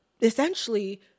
essentially